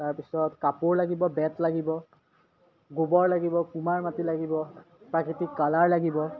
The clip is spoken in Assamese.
তাৰপিছত কাপোৰ লাগিব বেঁত লাগিব গোবৰ লাগিব কুমাৰ মাটি লাগিব প্ৰাকৃতিক কালাৰ লাগিব